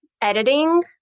editing